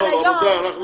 רבותיי,